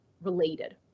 related